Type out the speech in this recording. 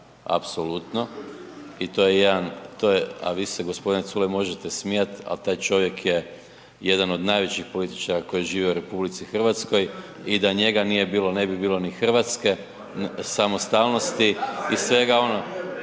to je, a vi se g. Culej možete smijat, al taj čovjek je jedan od najvećih političara koji žive u RH i da njega nije bilo ne bi bilo ni hrvatske samostalnosti i svega i